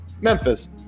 memphis